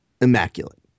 immaculate